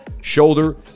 Shoulder